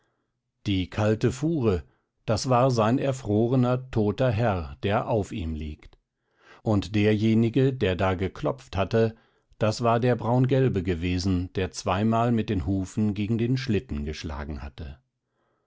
die kalte fuhre das war sein erfrorener toter herr der auf ihm liegt und derjenige der da geklopft hatte das war der braungelbe gewesen der zweimal mit den hufen gegen den schlitten geschlagen hatte